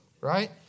right